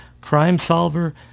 crime-solver